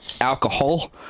alcohol